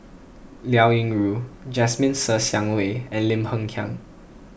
Liao Yingru Jasmine Ser Xiang Wei and Lim Hng Kiang